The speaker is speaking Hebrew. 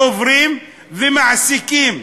עוברים מעסיקים,